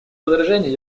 возражений